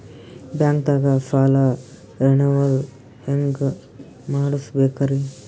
ಬ್ಯಾಂಕ್ದಾಗ ಸಾಲ ರೇನೆವಲ್ ಹೆಂಗ್ ಮಾಡ್ಸಬೇಕರಿ?